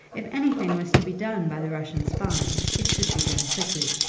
if anything was to be done by the russian spy it should be done quickly,